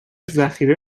ذخیره